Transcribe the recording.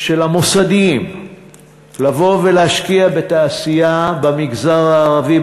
של המוסדיים לבוא ולהשקיע בתעשייה במגזר הערבי,